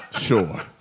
Sure